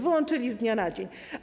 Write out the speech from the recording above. Wyłączyli z dnia na dzień.